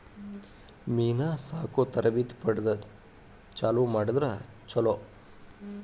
ಮೇನಾ ಸಾಕು ತರಬೇತಿ ಪಡದ ಚಲುವ ಮಾಡಿದ್ರ ಚುಲೊ